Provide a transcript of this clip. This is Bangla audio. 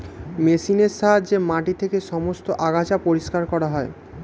মেশিনের সাহায্যে মাটি থেকে সমস্ত আগাছা পরিষ্কার করা হয়